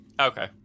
Okay